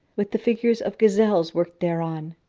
with the figures of gazelles worked thereon,